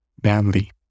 badly